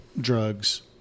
drugs